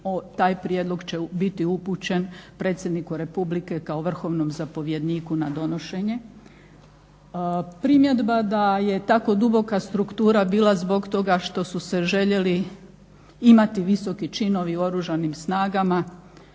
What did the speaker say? taj prijedlog će biti upućen predsjedniku republike kao vrhovnom zapovjedniku na donošenje. Primjedba da je tako duboka struktura bila zbog toga što su se željeli imati visoki činovi u Oružanim snagama